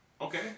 Okay